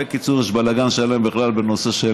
בקיצור, יש בלגן שלם בכלל בכל הנושא של